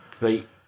Right